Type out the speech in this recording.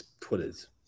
Twitters